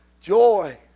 joy